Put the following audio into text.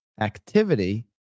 activity